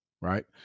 Right